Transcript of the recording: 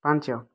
ପାଞ୍ଚ